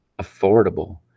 affordable